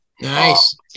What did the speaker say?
Nice